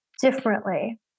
differently